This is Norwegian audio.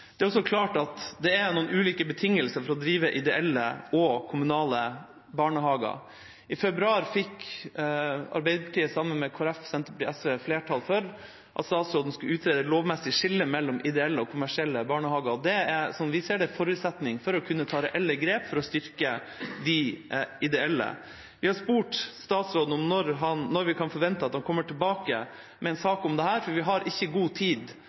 Det er også klart at det er ulike betingelser for å drive ideelle og kommunale barnehager. I februar fikk Arbeiderpartiet, sammen med Senterpartiet, SV og Kristelig Folkeparti, flertall for at statsråden skulle utrede et lovmessig skille mellom ideelle og kommersielle barnehager. Det er – slik vi ser det – en forutsetning for å kunne ta reelle grep for å styrke de ideelle. Vi har spurt statsråden om når vi kan forvente at han kommer tilbake med en sak om dette, for vi har ikke god tid